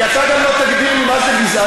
כי אתה גם לא תגדיר לי מה זה גזענות,